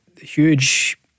huge